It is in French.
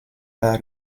par